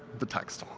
the text.